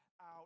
out